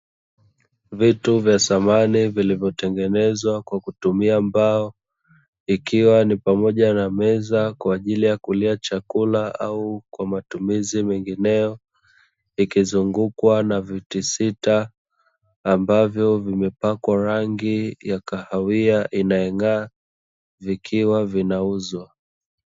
Vitu vya samani vilivyotengenezwa kwa kutumia mbao Ikiwa ni pamoja na meza kwa ajili ya kulia chakula au kwa matumizi mengineyo, Ikizungukwa na viti sita ambavyo vimepakwa rangi ya kahawia inayongaa Vikiwa vinauzwa.